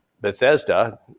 Bethesda